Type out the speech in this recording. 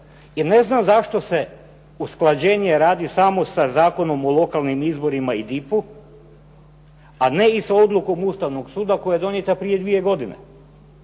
I ne znam zašto se usklađenje radi samo sa Zakonom o lokalnim izborima i DIPU-a a ne i sa odlukom Ustavnog suda koja je donijeta prije dvije godine.